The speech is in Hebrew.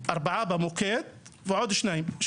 - ארבעה במוקד ועוד שניים שישה.